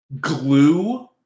glue